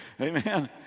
Amen